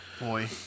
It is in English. Boy